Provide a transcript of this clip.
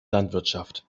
landwirtschaft